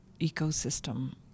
ecosystem